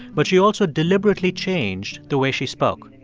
but she also deliberately changed the way she spoke.